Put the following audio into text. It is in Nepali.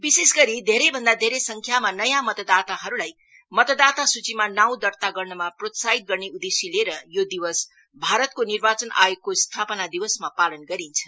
विशेष गरी धेरैभन्दा धेरै संख्यामा नयाँ मतदाताहरूलाई मतदाता सूचिमा नाउँ दर्ता गर्नमा प्रोत्साहित गर्ने उदेश्य लिएर यो दिवस भारतको निर्वाचन आयोगको स्थापना दिवसमा पालन गरिन्छ